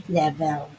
level